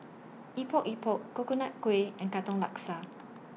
Epok Epok Coconut Kuih and Katong Laksa